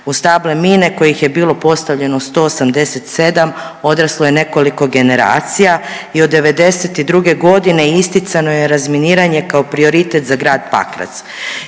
Uz table mine kojih je bilo postavljeno 187 odraslo je nekoliko generacija i od '92. godine isticano je razminiranje kao prioritet za Grad Pakarac.